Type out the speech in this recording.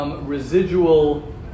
residual